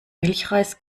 milchreis